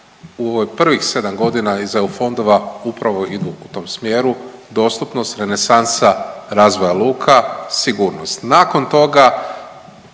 prvih sedam godina iz EU fondova upravo idu u tom smjeru dostupnost, renesansa razvoja luka, sigurnost. Nakon toga